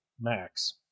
Max